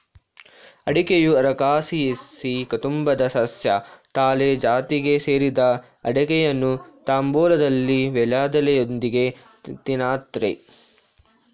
ಅಡಿಕೆಯು ಅರಕಾಸಿಯೆಸಿ ಕುಟುಂಬದ ಸಸ್ಯ ತಾಳೆ ಜಾತಿಗೆ ಸೇರಿದೆ ಅಡಿಕೆಯನ್ನು ತಾಂಬೂಲದಲ್ಲಿ ವೀಳ್ಯದೆಲೆಯೊಂದಿಗೆ ತಿನ್ತಾರೆ